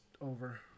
over